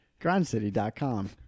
GrindCity.com